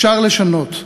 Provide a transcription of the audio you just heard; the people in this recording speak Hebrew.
אפשר לשנות.